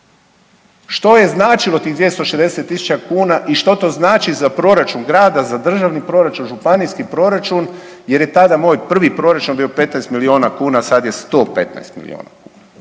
Što je značilo tih 260 tisuća kuna i što to znači za proračun grada, za državni proračun, županijski proračun jer je tada moj prvi proračun bio 15 miliona kuna, a sad je 115 miliona kuna